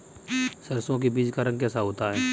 सरसों के बीज का रंग कैसा होता है?